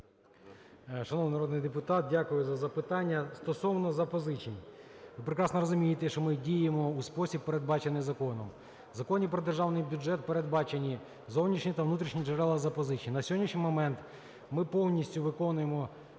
Шановний народний депутат, дякую за запитання. Стосовно запозичень. Ви прекрасно розумієте, що ми діємо у спосіб, передбачений законом. У Законі про Державний бюджет передбачені зовнішні та внутрішні джерела запозичень. На сьогоднішній момент ми повністю виконуємо